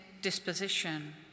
disposition